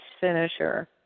finisher